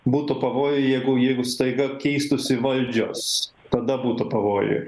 būtų pavojuj jeigu jeigu staiga keistųsi valdžios tada būtų pavojuj